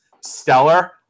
stellar